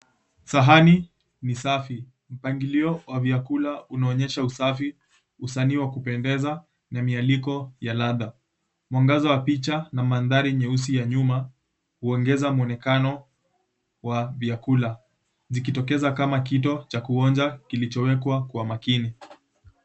Sahani ni safi, mpangilio wa vyakula unaonyesha usafi, usanii wa kupendeza na mialiko ya ladha. Mwangaza wa picha na mandhari nyeusi ya nyuma huongeza mwonekano wa vyakula zikitokeza kama kito cha kuonja kilichowekwa kwa makini.